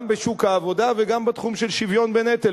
בשוק העבודה וגם בתחום של השוויון בנטל.